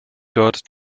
dort